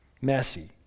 messy